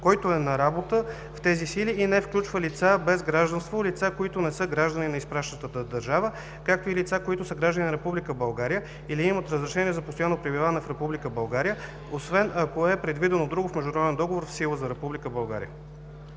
който е на работа в тези сили, и не включва лица без гражданство, лица, които не са граждани на изпращащата държава, както и лица, които са граждани на Република България или имат разрешение за постоянно пребиваване в Република България, освен ако е предвидено друго в международен договор в сила за